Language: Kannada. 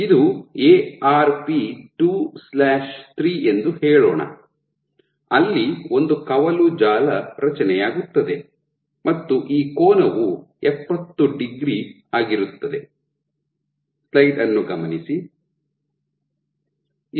ಇದು ಎ ಆರ್ ಪಿ 23 ಎಂದು ಹೇಳೋಣ ಅಲ್ಲಿ ಒಂದು ಕವಲು ಜಾಲ ರಚನೆಯಾಗುತ್ತದೆ ಮತ್ತು ಈ ಕೋನವು ಎಪ್ಪತ್ತು ಡಿಗ್ರಿ ಆಗಿರುತ್ತದೆ